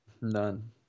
None